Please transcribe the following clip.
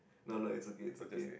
no no it's okay it's okay